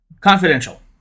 Confidential